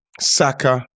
Saka